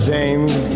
James